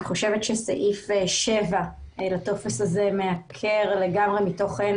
אני חושבת שסעיף 7 לטופס הזה לגמרי מעקר מתוכן